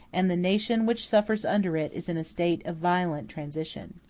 and the nation which suffers under it is in a state of violent transition.